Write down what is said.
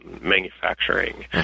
manufacturing